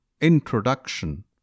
introduction